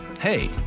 Hey